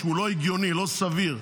שהוא לא הגיוני ולא סביר,